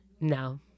no